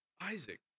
Isaac